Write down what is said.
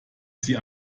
sie